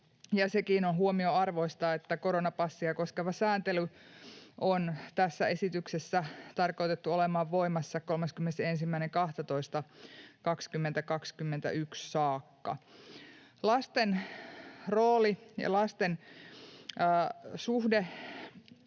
Sekin on huomionarvoista, että koronapassia koskeva sääntely on tässä esityksessä tarkoitettu olemaan voimassa 31.12.2021 saakka. Lasten rooli ja lainsäädännön suhde